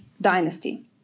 dynasty